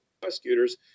prosecutors